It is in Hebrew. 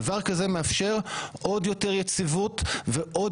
דבר כזה מאפשר עוד יותר יציבות ועוד